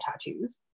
tattoos